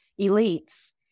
elites